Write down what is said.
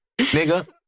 nigga